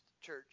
church